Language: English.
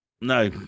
no